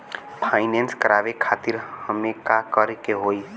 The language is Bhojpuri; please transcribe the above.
फाइनेंस करावे खातिर हमें का करे के होई?